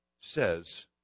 says